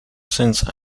since